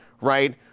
right